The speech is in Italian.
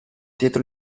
dietro